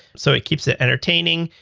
so it keeps it entertaining.